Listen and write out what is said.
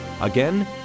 Again